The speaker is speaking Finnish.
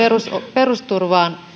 perusturvaan